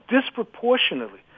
disproportionately